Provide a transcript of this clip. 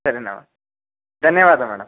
ಸರಿ ಮ್ಯಾಮ್ ಧನ್ಯವಾದ ಮೇಡಮ್